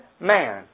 man